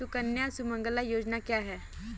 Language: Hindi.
सुकन्या सुमंगला योजना क्या है?